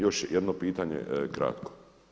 Još jedno pitanje kratko.